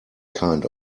kind